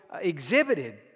exhibited